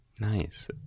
Nice